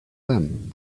them